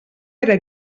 era